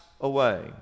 away